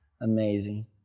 amazing